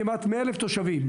כמעט מאה אלף תושבים,